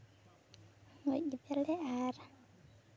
ᱜᱚᱡ ᱠᱮᱫᱮᱭᱟᱞᱮ ᱟᱨ